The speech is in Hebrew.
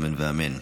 אמן ואמן.